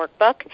workbook